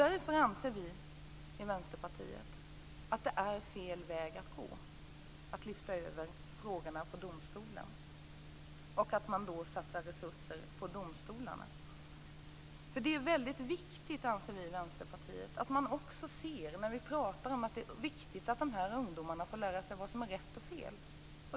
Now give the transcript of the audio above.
Därför anser vi i Vänsterpartiet att detta med att lyfta över frågorna på domstolarna och att satsa resurser på domstolarna är fel väg att gå. Det är viktigt, anser vi i Vänsterpartiet, att de här ungdomarna får lära sig vad som är rätt och fel.